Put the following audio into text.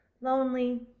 lonely